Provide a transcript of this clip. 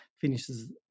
finishes